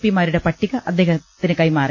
പിമാരുടെ പട്ടിക അദ്ദേഹത്തിന് കൈമാറി